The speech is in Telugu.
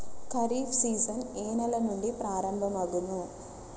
ఖరీఫ్ సీజన్ ఏ నెల నుండి ప్రారంభం అగును?